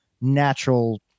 natural